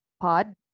pod